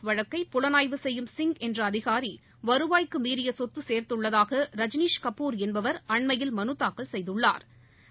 செய்யும் வழக்கை புலனாய்வு சிங் என்றஅதிகாரிவருவாய்க்குமீறியசொத்துசேர்துள்ளதாக ரஜ்னீஷ் கபூர் என்பவர் அண்மையில் மனுதாக்கல் செய்துள்ளாா்